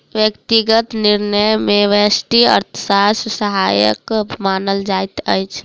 व्यक्तिगत निर्णय मे व्यष्टि अर्थशास्त्र सहायक मानल जाइत अछि